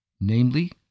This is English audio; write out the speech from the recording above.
namely